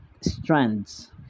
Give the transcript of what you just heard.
strands